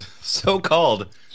So-called